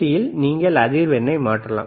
யில் நீங்கள் அதிர்வெண்ணை மாற்றலாம்